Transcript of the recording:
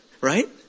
right